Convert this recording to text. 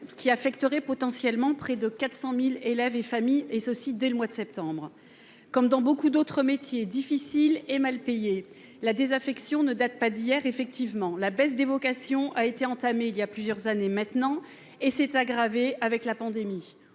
ce qui affecterait potentiellement près de 400 000 élèves et familles, et ce dès le mois de septembre prochain. Comme dans beaucoup d'autres métiers difficiles et mal payés, la désaffection ne date pas d'hier. La baisse des vocations a commencé il y a plusieurs années et elle s'est aggravée avec la pandémie.